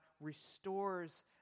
restores